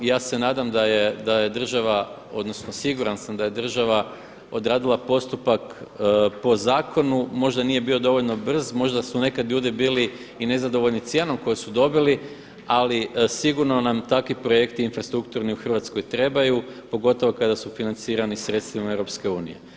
I ja se nadam da je država odnosno siguran sam da je država odradila postupak po zakonu, možda nije bio dovoljno brz, možda su nekada ljudi bili i nezadovoljni cijenom koju su dobili, ali sigurno nam takvi projekti infrastrukturni u Hrvatskoj trebaju, pogotovo kada su financirani sredstvima EU.